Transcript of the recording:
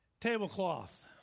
tablecloth